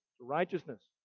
righteousness